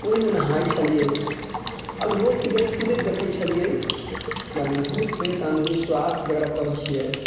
ओहिमे नहाइ छलिए आओर लोकके जे कुदैत देखै छलिए मने भूत प्रेत अन्धविश्वास जकरा कहै छिए